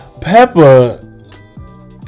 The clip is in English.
Peppa